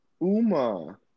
Uma